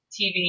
TV